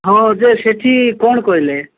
ହଁ ଯେ ସେଠି କ'ଣ କହିଲେ